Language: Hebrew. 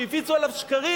שהפיצו עליו שקרים,